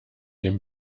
dem